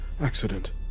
accident